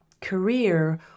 career